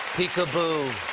peekaboo.